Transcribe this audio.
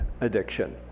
Addiction